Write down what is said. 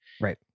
Right